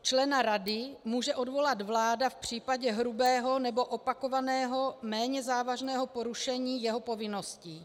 Člena rady může odvolat vláda v případě hrubého nebo opakovaného méně závažného porušení jeho povinností.